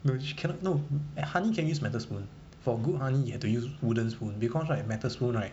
no she cannot no honey can use metal spoon for good honey you have to use wooden spoon because right metal spoon right